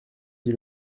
dit